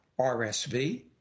RSV